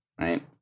right